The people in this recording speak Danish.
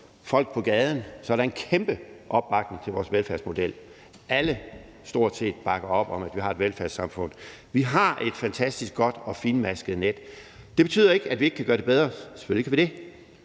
folk på gaden, er der en kæmpe opbakning til vores velfærdsmodel. Stort set alle bakker op om, at vi har et velfærdssamfund. Vi har et fantastisk godt og fintmasket net. Det betyder ikke, at vi ikke kan gøre det bedre. Selvfølgelig kan vi det,